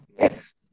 yes